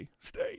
stay